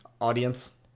Audience